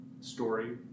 story